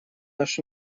наш